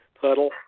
puddle